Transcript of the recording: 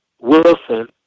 Wilson